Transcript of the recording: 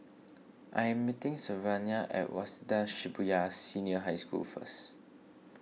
I am meeting Sylvania at Waseda Shibuya Senior High School first